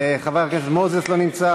מירי, מירי, חבר הכנסת מוזס, לא נמצא.